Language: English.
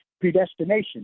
predestination